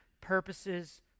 purposes